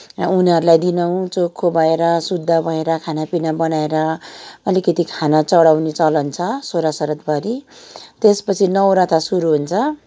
र उनीहरूलाई दिनहु चोखो भएर शुद्ध भएर खानापिना बनाएर अलिकति खाना चढाउने चलन छ सोह्र श्राद्धभरि त्यसपछि नवरथा सुरु हुन्छ